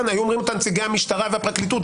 היו אומרים אותה נציגי המשטרה והפרקליטות,